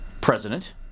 president